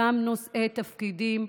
גם נושאי תפקידים,